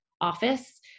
office